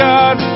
God